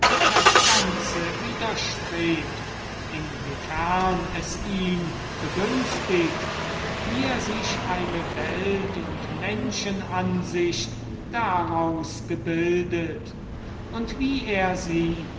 das ganze widerstrebt inwiefern es ihn begünstigt wie er sich eine welt und menschenansicht daraus gebildet und wie er sie